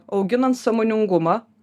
auginant sąmoningumą